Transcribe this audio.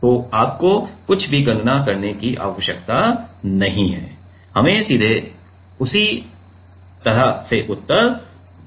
तो आपको कुछ भी गणना करने की आवश्यकता नहीं है और हमें सीधे अच्छी तरह से उत्तर मिलता है